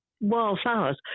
wildflowers